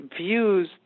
views